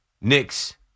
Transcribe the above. Knicks